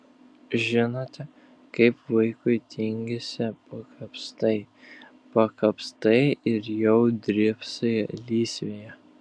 žinote kaip vaikui tingisi pakapstai pakapstai ir jau drybsai lysvėje